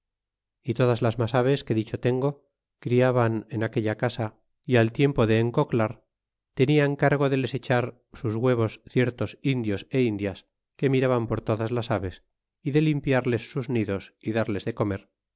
y todas las mas aves que dicho tengo criaban en aquella casa y al tiempo del encoclar tenian cargo de les echar sus huevos ciertos indios é indias que miraban por todas las aves é de limpiarles sus nidos y darles de comer